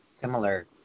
similar